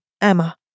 Emma